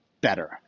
better